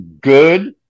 good